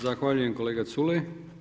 Zahvaljujem kolega Culej.